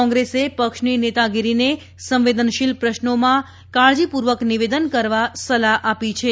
કોંગ્રેસે પક્ષની નેતાગીરીને સંવેદનશીલ પ્રશ્નોમાં કાળજીપૂર્વક નિવેદન કરવા સલાફ આપી છે